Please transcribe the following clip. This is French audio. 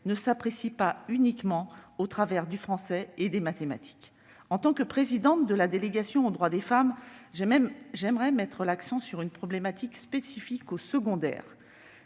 ne s'apprécie pas uniquement au travers du français et les mathématiques. En tant que présidente de la délégation sénatoriale aux droits des femmes, j'aimerais mettre l'accent sur une problématique spécifique au secondaire